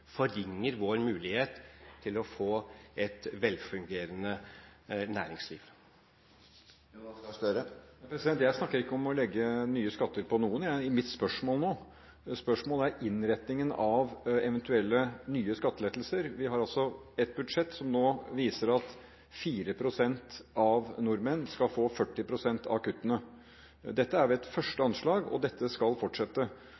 forringer vår mulighet til å få et velfungerende næringsliv. Jeg snakker i mitt spørsmål ikke om å legge nye skatter på noen. Spørsmålet er innretningen av eventuelle nye skattelettelser. Vi har et budsjett som viser at 4 pst. av alle nordmenn skal få 40 pst. av kuttene. Dette er et første anslag, og dette skal fortsette.